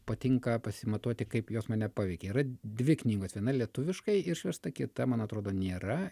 patinka pasimatuoti kaip jos mane paveikė yra dvi knygos viena lietuviškai išversta kita man atrodo nėra